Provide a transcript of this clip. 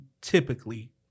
typically